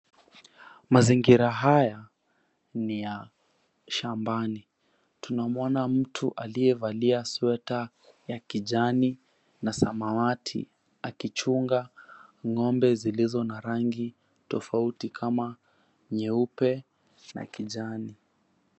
Mazingira haya ni ya shambani Tunamwona mtu aliyevalia sweta ya kijani na samawati akichunga ng'ombe zilizo na rangi tofauti kama nyeupe na kijani.